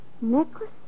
Necklace